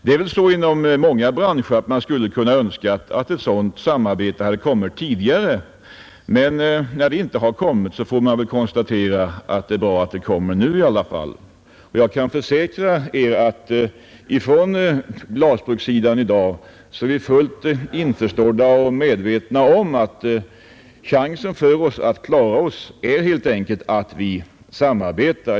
Det är väl så inom många branscher att man skulle önska att ett sådant samarbete hade kommit tidigare, men där det inte skett får man väl konstatera att det är bra att samarbetet kommer nu. Jag kan försäkra er att vi från glasbrukssidan i dag är fullt införstådda och medvetna om att chansen för oss att klara oss helt enkelt är att samarbeta.